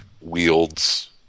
wields